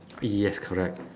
uh yes correct